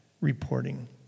reporting